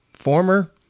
former